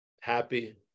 happy